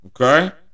Okay